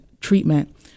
treatment